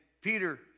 Peter